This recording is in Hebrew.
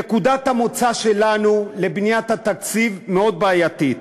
נקודת המוצא שלנו לבניית התקציב מאוד בעייתית.